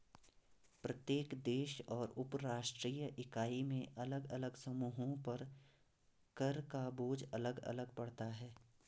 प्रत्येक देश और उपराष्ट्रीय इकाई में अलग अलग समूहों पर कर का बोझ अलग अलग पड़ता है